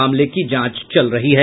मामले की जांच चल रही है